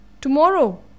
Tomorrow